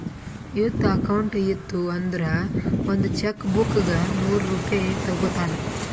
youth account ಇತ್ತು ಅಂದುರ್ ಒಂದ್ ಚೆಕ್ ಬುಕ್ಗ ನೂರ್ ರೂಪೆ ತಗೋತಾರ್